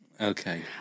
Okay